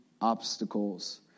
obstacles